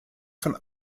von